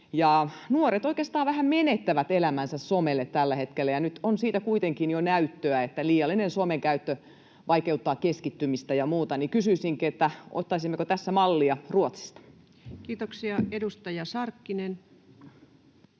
vähän menettävät elämänsä somelle tällä hetkellä, ja nyt kun on siitä kuitenkin jo näyttöä, että liiallinen somen käyttö vaikeuttaa keskittymistä ja muuta, niin kysyisinkin: ottaisimmeko tässä mallia Ruotsista? [Speech 64] Speaker: